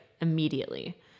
immediately